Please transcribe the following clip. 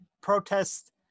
protests